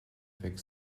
bheidh